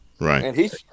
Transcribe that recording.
Right